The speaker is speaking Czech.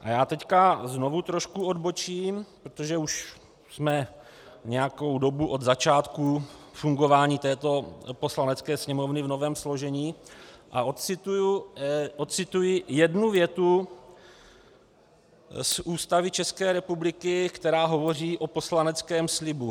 A já teď znovu trošku odbočím, protože už jsme nějakou dobu od začátku fungování této Poslanecké sněmovny v novém složení, a ocituji jednu větu z Ústavy České republiky, která hovoří o poslaneckém slibu.